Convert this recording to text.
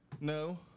No